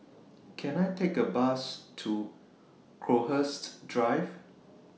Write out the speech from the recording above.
Can I Take A Bus to Crowhurst Drive